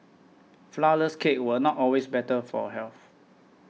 Flourless Cakes are not always better for health